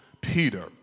Peter